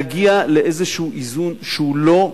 להגיע לאיזה איזון שהוא לא,